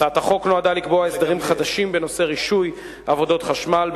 הצעת החוק נועדה לקבוע הסדרים חדשים בנושא רישוי עבודות חשמל.